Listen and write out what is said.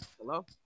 Hello